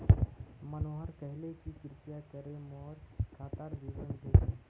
मनोहर कहले कि कृपया करे मोर खातार विवरण भेज